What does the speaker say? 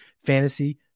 fantasy